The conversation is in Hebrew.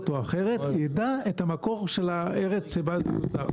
או אחרת ידע את המקור של הארץ שבה זה מיוצר.